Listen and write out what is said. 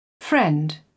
Friend